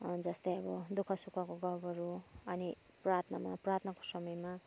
जस्तै अब दुःख सुखको गफहरू अनि प्रार्थनामा प्रार्थनाको समयमा